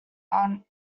are